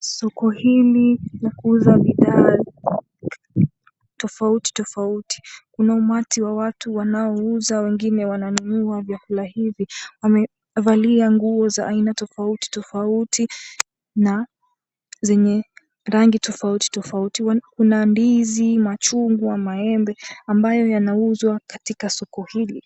Soko hili la kuuza bidhaa tofauti tofauti. Kuna umati wa watu wanao uza wengine wananunua vyakula hivi. Wamevalia nguo za aina tofauti tofauti na zenye rangi tofauti tofauti. Kuna ndizi, machungwa, maembe ambayo yanauzwa katika soko hili.